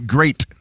Great